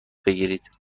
بگیرید